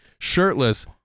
shirtless